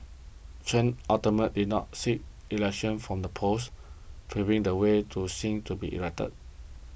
Chen ultimately did not seek election from the post paving the way to Singh to be elected